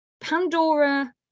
Pandora